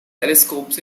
telescopes